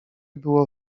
było